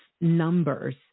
numbers